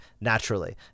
naturally